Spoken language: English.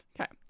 Okay